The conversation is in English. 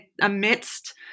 amidst